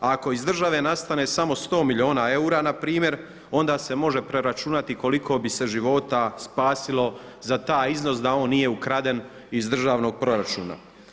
A ako iz države nastane samo 100 milijuna eura na primjer onda se može preračunati koliko bi se života spasilo za taj iznos da on nije ukraden iz državnog proračuna.